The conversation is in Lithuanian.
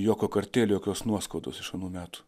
jokio kartėlio jokios nuoskaudos iš anų metų